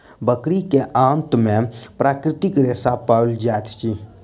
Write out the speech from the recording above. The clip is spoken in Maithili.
बकरी के आंत में प्राकृतिक रेशा पाओल जाइत अछि